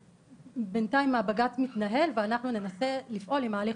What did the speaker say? בינתיים הבג"צ מתנהל ואנחנו ננסה לפעול עם ההליך